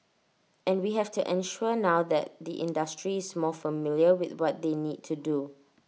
and we have to ensure now that the industry is more familiar with what they need to do